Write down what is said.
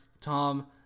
Tom